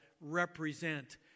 represent